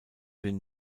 den